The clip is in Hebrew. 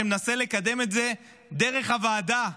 שמנסה לקדם את זה דרך הוועדה,